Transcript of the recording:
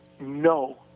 No